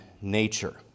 nature